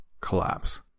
collapse